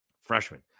freshman